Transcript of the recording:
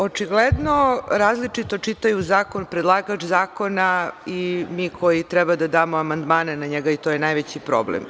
Očigledno različito čitaju zakon predlagač zakona i mi koji treba da damo amandmane na njega i to je najveći problem.